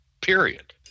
period